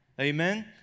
Amen